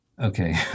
okay